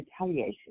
retaliation